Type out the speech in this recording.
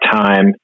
time